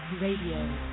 Radio